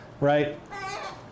Right